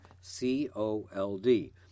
C-O-L-D